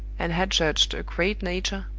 and had judged a great nature,